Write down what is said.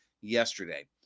yesterday